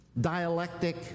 dialectic